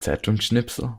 zeitungsschnipsel